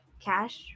cash